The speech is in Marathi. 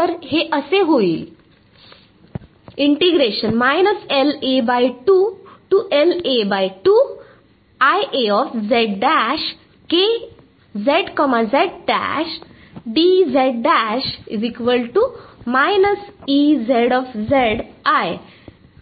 तर हे असे होईल